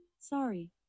Sorry